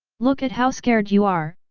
look at how scared you are,